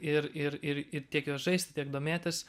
ir ir ir ir tiek juos žaisti tiek domėtis